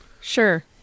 sure